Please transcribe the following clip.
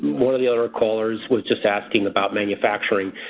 one of the other ah callers was just asking about manufacturing.